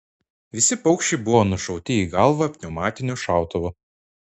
visi paukščiai buvo nušauti į galvą pneumatiniu šautuvu